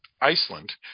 Iceland